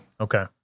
Okay